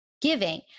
giving